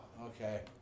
okay